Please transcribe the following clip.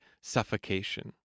suffocation